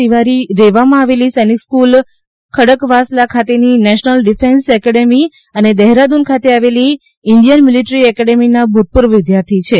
તિવારી રેવામાં આવેલી સૈનિક સ્ફ઼લ ખડકવાસલા ખાતેની નેશનલ ડિફેન્સ એકેડમી અને દહેરાદ્દન ખાતે આવેલી ઇન્ડિયન મિલિટરી એકેડમીના ભૂતપૂર્વ વિદ્યાર્થી છે